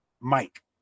mike